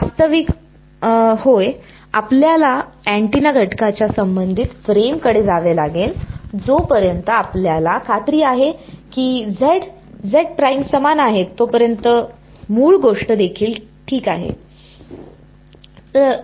वास्तविक होय आपल्याला अँटेना घटकाच्या संबंधित फ्रेमकडे जावे लागेल जोपर्यंत आपल्याला खात्री आहे की z समान आहेत तोपर्यंत मूळ गोष्ट देखील ठीक आहे